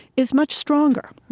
is much stronger.